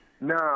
No